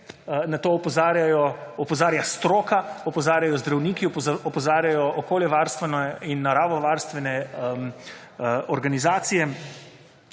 Na to opozarja stroka, opozarjajo zdravniki, opozarjajo okoljevarstvene in naravovarstvene organizacije.